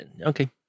Okay